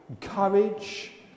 courage